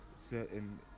certain